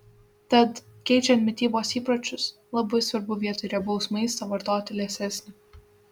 tad keičiant mitybos įpročius labai svarbu vietoj riebaus maisto vartoti liesesnį